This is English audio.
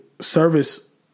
Service